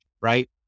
right